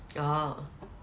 orh